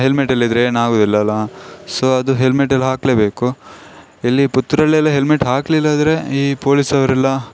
helmet ಇಲ್ಲದಿದ್ರೇನಾಗುದಿಲ್ಲಲ್ಲ so ಅದು ಹೆಲ್ಮೆಟೆಲ್ಲ ಹಾಕಲೇಬೇಕು ಇಲ್ಲಿ ಪುತ್ತೂರಲ್ಲೆಲ್ಲ ಹೆಲ್ಮೆಟ್ ಹಾಕ್ಲಿಲ್ಲಾಂದ್ರೆ ಈ ಪೋಲಿಸವರೆೆಲ್ಲ